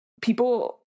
people